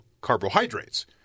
carbohydrates